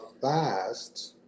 fast